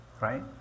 right